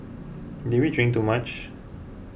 did we drink too much